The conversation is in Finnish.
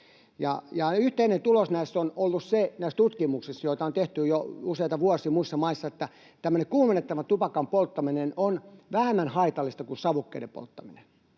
Yhteinen tulos näissä tutkimuksissa, joita on tehty jo useita vuosia muissa maissa, on ollut se, että tämmöisen kuumennettavan tupakan polttaminen on vähemmän haitallista kuin savukkeiden polttaminen.